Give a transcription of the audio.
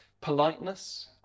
Politeness